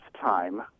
time